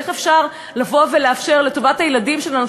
ואיך אפשר לבוא ולאפשר לטובת הילדים שלנו,